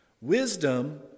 Wisdom